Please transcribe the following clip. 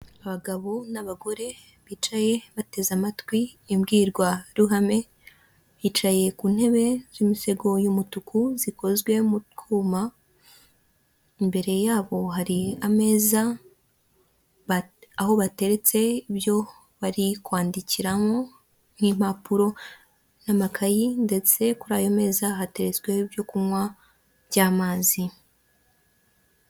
Abagabo n'abagore bicaye bateze amatwi imbwirwaruhame, bicaye ku ntebe z'imisego y'umutuku zikozwe mu twuma, imbere yabo hari ameza aho bateretse ibyo bari kwandikiramo nk'impapuro n'amakayi ndetse kuri ayo meza hatetsweho ibyo kunywa by'amazi.